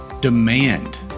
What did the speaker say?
Demand